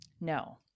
No